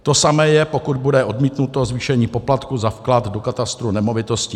To samé je, pokud bude odmítnuto zvýšení poplatku za vklad do katastru nemovitostí.